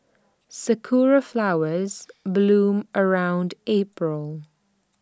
Sakura Flowers bloom around April